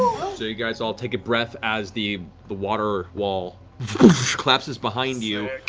you guys all take a breath as the the water wall collapses behind you,